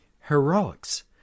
heroics